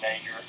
major